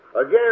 Again